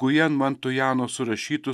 gujen mantujano surašytus